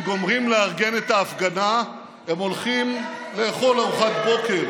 הם גומרים לארגן את ההפגנה והולכים לאכול ארוחת בוקר